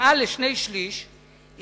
מעל שני-שלישים,